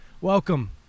Welcome